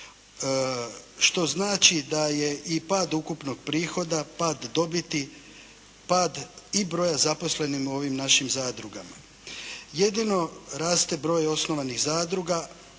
što znači da je i pad ukupnog prihoda, pad dobiti, pad i broja zaposlenih u ovim našim zadrugama. Jedino raste broj osnovanih zadruga,